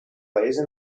paese